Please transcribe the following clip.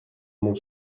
mon